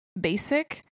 basic